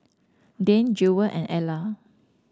Dane Jewel and Alla